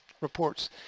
reports